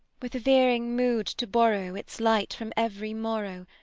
with a veering mood to borrow its light from every morrow,